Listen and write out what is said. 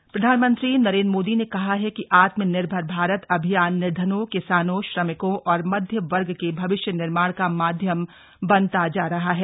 उ पा ध्या य ज यं ती प्रधानमंत्री नरेन्द्र मोदी ने कहा है कि आत्मनिर्भर भारत अभियान निर्धनों किसानों श्रमिकों और मध्य वर्ग के भविष्य निर्माण का माध्यम बनता जा रहा है